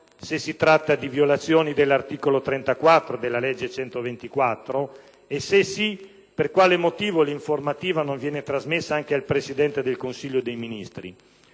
se si tratta di violazioni dell'articolo 34 della legge n. 124; e se sì, per quale motivo l'informativa non viene trasmessa anche al Presidente del Consiglio dei ministri?),